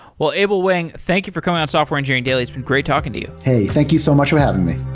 well, abel wang, thank you for coming on software engineering daily. it's been great talking to you. hey, thank you so much for having me.